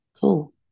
cool